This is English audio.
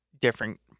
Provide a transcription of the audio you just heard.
different